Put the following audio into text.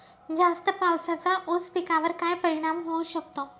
जास्त पावसाचा ऊस पिकावर काय परिणाम होऊ शकतो?